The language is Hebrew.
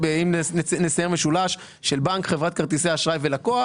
אם נצייר משולש של בנק, חברת כרטיסי אשראי ולקוח